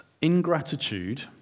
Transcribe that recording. Ingratitude